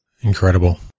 Incredible